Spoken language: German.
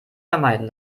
vermeiden